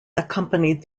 accompanied